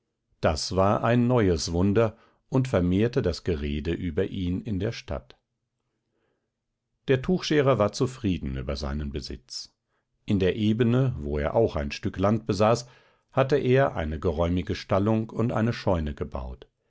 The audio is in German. das war ein neues wunder und vermehrte das gerede über ihn in der stadt der tuchscherer war zufrieden über seinen besitz in der ebene wo er auch ein stück land besaß hatte er eine geräumige stallung und eine scheune gebaut